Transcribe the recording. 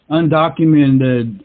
undocumented